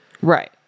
Right